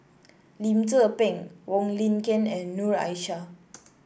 Lim Tze Peng Wong Lin Ken and Noor Aishah